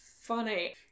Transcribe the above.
funny